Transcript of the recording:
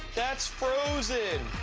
that's frozen. oh,